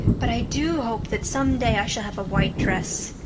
but i do hope that some day i shall have a white dress.